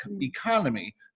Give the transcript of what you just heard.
economy